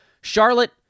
Charlotte